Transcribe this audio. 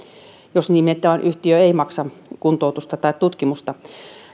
jos on niin että yhtiö ei maksa kuntoutusta tai tutkimusta